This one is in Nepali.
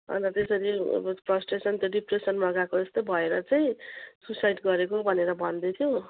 अन्त त्यसरी अब फ्रस्टेसन त डिप्रेसनमा गएको जस्तै भएर चाहिँ सुसाइड गरेको भनेर भन्दै थियो